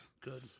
Good